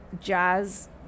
jazz